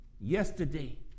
yesterday